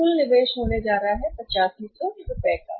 कुल निवेश पूरी तरह से होने जा रहा है निवेश 8500 यह यहाँ निवेश है